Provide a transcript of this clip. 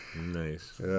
Nice